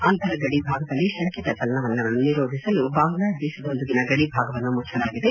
ಅಂತರ ಗಡಿಭಾಗದಲ್ಲಿ ಶಂಕಿತ ಚಲನವಲನಗಳನ್ನು ನಿರೋಧಿಸಲು ಬಾಂಗ್ಲಾದೇಶದೊಂದಿಗಿನ ಗಡಿ ಭಾಗವನ್ನು ಮುಚ್ಚಲಾಗಿದೆ